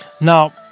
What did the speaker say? Now